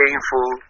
Painful